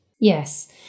Yes